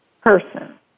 person